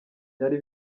byari